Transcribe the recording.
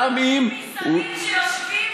גם אם, שרים שיושבים,